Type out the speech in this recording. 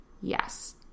Yes